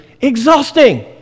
exhausting